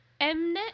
Mnet